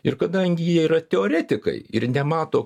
ir kadangi jie yra teoretikai ir nemato